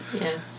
yes